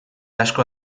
asko